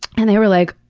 and they were like,